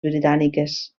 britàniques